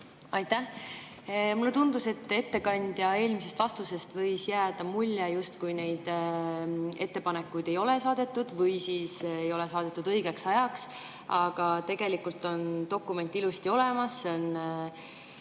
Aitäh! Mulle tundus, et ettekandja eelmisest vastusest võis jääda mulje, justkui neid ettepanekuid ei ole saadetud või ei ole saadetud õigeks ajaks. Aga tegelikult on ilusti olemas dokument